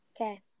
Okay